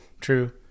true